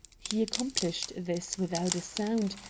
he accomplished this without a sound,